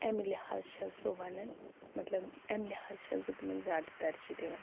اَمہِ لِحاظ چھَس بہٕ وَنان مطلب اَمہِ لحاظ چھَس بہٕ تِمَن زیادٕ ترجیح دِوان